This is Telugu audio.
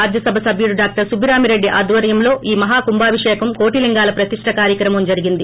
రాజ్య సభ్యులు డా సుబ్బరామిరెడ్లి ఆధ్వర్యంలో ఈ మహాకుంభాభిషేకం కోటిలింగాల ప్రతిష్ణ కార్యక్రమం జరిగింది